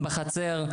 בחצר,